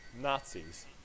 Nazis